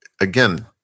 again